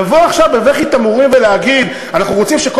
לבוא עכשיו בבכי תמרורים ולהגיד: אנחנו רוצים שכל